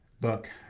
Look